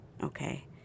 okay